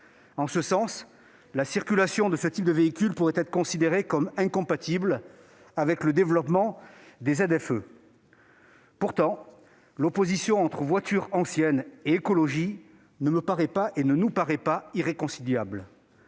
En ce sens, la circulation de ce type de véhicules pourrait être considérée comme incompatible avec le développement des ZFE. Pourtant, l'opposition entre voitures anciennes et écologie ne nous paraît pas indépassable.